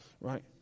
right